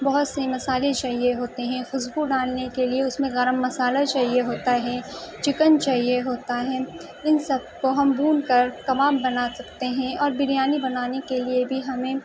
بہت سے مسالے چاہیے ہوتے ہیں خوشبو ڈالنے کے لیے اس میں گرم مسالہ چاہیے ہوتا ہے چکن چاہیے ہوتا ہے ان سب کو ہم بھون کر کباب بنا سکتے ہیں اور بریانی بنانے کے لیے بھی ہمیں